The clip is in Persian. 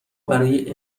برای